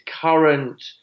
current